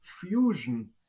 fusion